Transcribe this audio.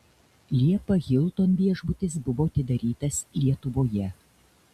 liepą hilton viešbutis buvo atidarytas lietuvoje